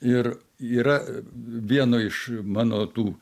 ir yra vieno iš mano tų